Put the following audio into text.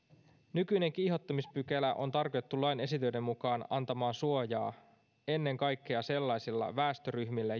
nykyinen kiihottamispykälä on tarkoitettu lain esitöiden mukaan antamaan suojaa ennen kaikkea sellaisille väestöryhmille